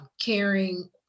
caring